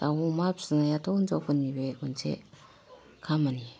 दाव अमा फिनायाथ' हिनजावफोरनि बे मोनसे खामानि